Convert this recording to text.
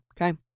Okay